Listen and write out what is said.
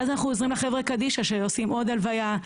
ואז אנחנו עוזרים לחברת קדישא שעושים עוד הלוויה.